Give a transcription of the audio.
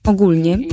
Ogólnie